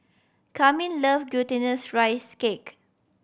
Carmine love Glutinous Rice Cake